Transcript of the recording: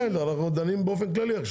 אנחנו דנים עכשיו באופן כללי.